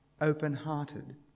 open-hearted